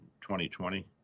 2020